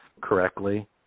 correctly